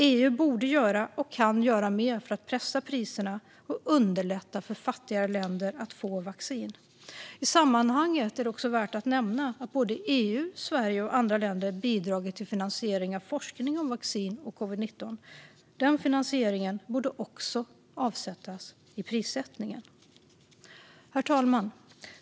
EU borde göra och kan göra mer för att pressa priserna och underlätta för fattigare länder att få vaccin. I sammanhanget är det också värt att nämna att EU, Sverige och andra länder bidragit till finansiering av forskning om vaccin och covid-19. Denna finansiering borde också avspeglas i prissättningen. Herr talman!